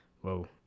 Whoa